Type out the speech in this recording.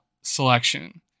selection